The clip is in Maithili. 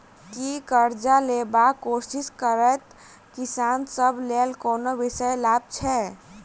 की करजा लेबाक कोशिश करैत किसान सब लेल कोनो विशेष लाभ छै?